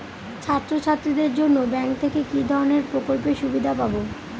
ছাত্রছাত্রীদের জন্য ব্যাঙ্ক থেকে কি ধরণের প্রকল্পের সুবিধে পাবো?